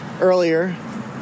earlier